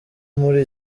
muri